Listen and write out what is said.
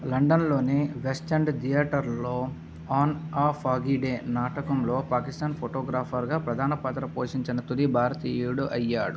లండన్లోని West End దియేటర్లో On a Foggy Day నాటకంలో పాకిస్తాన్ ఫొటోగ్రాఫర్గా ప్రధాన పాత్ర పోషించిన తొలి భారతీయుడు అయ్యాడు